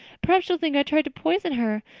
perhaps she'll think i tried to poison her.